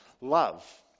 love